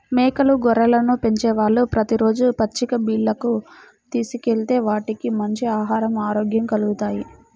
మేకలు, గొర్రెలను పెంచేవాళ్ళు ప్రతి రోజూ పచ్చిక బీల్లకు తీసుకెళ్తే వాటికి మంచి ఆహరం, ఆరోగ్యం కల్గుతాయి